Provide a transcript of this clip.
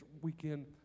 weekend